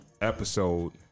episode